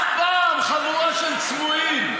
חבורה של צבועים.